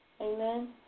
Amen